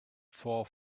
for